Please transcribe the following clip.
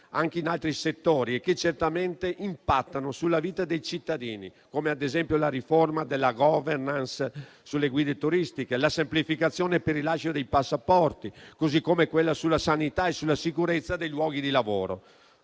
anche in altri settori, che certamente impattano sulla vita dei cittadini, come la riforma della *governance* sulle guide turistiche, la semplificazione per il rilascio dei passaporti, così come quella sulla sanità e sulla sicurezza dei luoghi di lavoro.